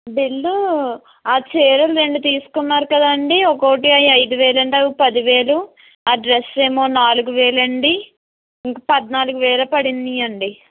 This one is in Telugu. బిల్లు ఆ చీరలు రెండు తీసుకున్నారు కదండి ఒక్కొక్కటి అవి ఐదు వేలు అండి అవి పది వేలు ఆ డ్రెస్సు ఏమో నాలుగు వేలు అండి ఇంకా పద్నాలుగు వేలు పడినాయి అండి